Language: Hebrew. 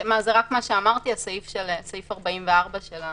זה רק מה שאמרתי, סעיף 44 של הפשרה,